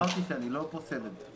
אמרתי שאני לא פוסל את זה.